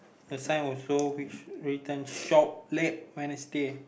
a sign also which written shop late Wednesday